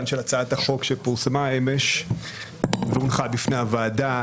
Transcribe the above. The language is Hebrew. של הצעת החוק שפורסמה אמש והונחה בפני הוועדה.